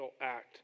act